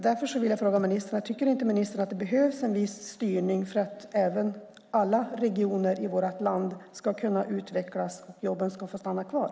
Därför vill jag fråga ministern: Tycker inte ministern att det behövs en viss styrning för att alla regioner i vårt land ska kunna utvecklas så att jobben får stanna kvar?